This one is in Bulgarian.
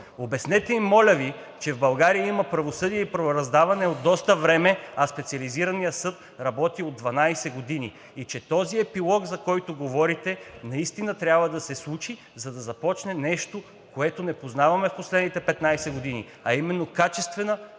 Обяснете им, моля Ви, че в България има правосъдие и правораздаване от доста време, а Специализираният съд работи от 12 години и че този епилог, за който говорите, наистина трябва да се случи, за да започне нещо, което не познаваме в последните 15 години, а именно качествена